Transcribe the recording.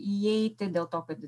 įeiti dėl to kad